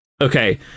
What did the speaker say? Okay